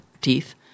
teeth